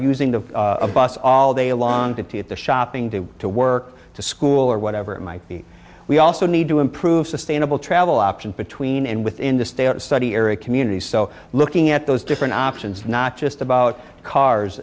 using the bus all day long to at the shopping to to work to school or whatever it might be we also need to improve sustainable travel options between and within the study area communities so looking at those different options not just about cars